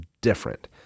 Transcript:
different